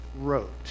wrote